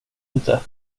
inte